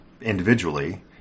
individually